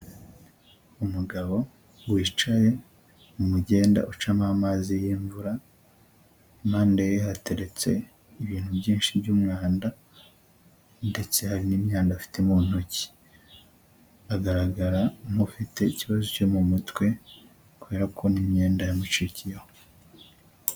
Umugabo wicaye mu mugenda ucamo amazi y'imvura, impande ye hateretse ibintu byinshi by'umwanda ndetse hari n'imyanda afite mu ntoki. Agaragara nk'ufite ikibazo cyo mu mutwe kubera ko n'imyenda yamucikiyeho.